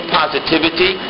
positivity